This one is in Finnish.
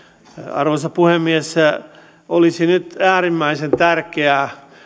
arvoisa puhemies olisi nyt äärimmäisen tärkeää